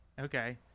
Okay